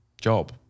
job